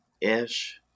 ish